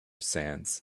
sands